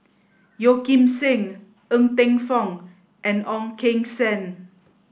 Yeo Kim Seng Ng Teng Fong and Ong Keng Sen